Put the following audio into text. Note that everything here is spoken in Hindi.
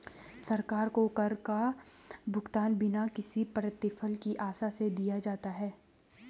सरकार को कर का भुगतान बिना किसी प्रतिफल की आशा से दिया जाता है